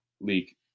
leak